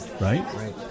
Right